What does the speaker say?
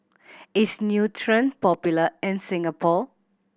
is Nutren popular in Singapore